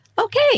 Okay